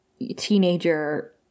teenager